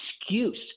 excuse